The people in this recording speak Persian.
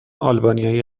آلبانیایی